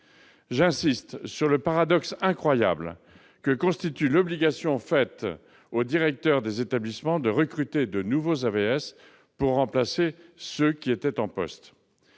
J'insiste sur le paradoxe incroyable que constitue l'obligation faite aux directeurs des établissements de recruter de nouveaux AVS pour remplacer ceux qui étaient en poste.